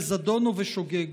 בזדון או בשוגג.